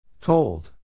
Told